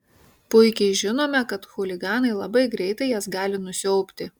puikiai žinome kad chuliganai labai greitai jas gali nusiaubti